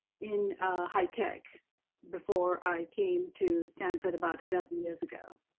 in high tech before i came to stanford about a dozen years ago.